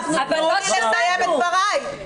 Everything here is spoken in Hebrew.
תני לי לסיים את דבריי.